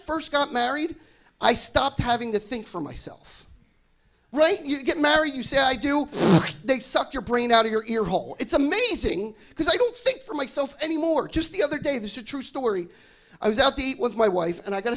first got married i stopped having to think for myself right you get married you say i do they suck your brain out of your hole it's amazing because i don't think for myself anymore just the other day this is a true story i was out the eat with my wife and i got